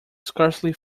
scarcely